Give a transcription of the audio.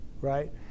right